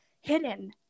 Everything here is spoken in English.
hidden